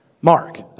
Mark